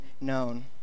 known